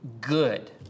good